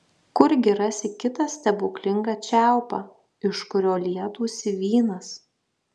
kurgi rasi kitą stebuklingą čiaupą iš kurio lietųsi vynas